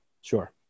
Sure